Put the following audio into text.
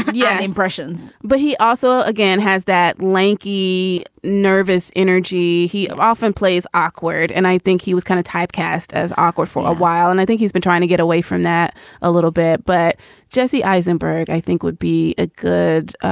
yeah. impressions but he also again has that lanky nervous energy he often plays awkward and i think he was kind of typecast as awkward for a while and i think he's been trying to get away from that a little bit. but jesse eisenberg i think would be a good,